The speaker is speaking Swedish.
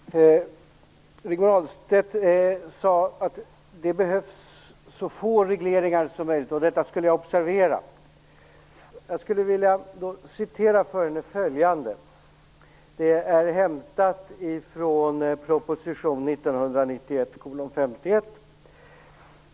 Fru talman! Rigmor Ahlstedt sade att det behövs så få regleringar som möjligt och detta skulle jag observera. Jag skulle vilja läsa upp ett stycke för henne hämtat från proposition 1991:51.